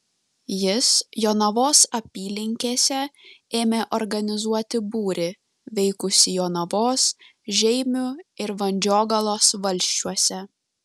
jis jonavos apylinkėse ėmė organizuoti būrį veikusį jonavos žeimių ir vandžiogalos valsčiuose